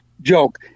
joke